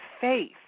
faith